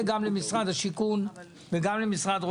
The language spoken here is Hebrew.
גם השכירויות פה,